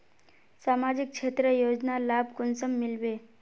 सामाजिक क्षेत्र योजनार लाभ कुंसम मिलबे?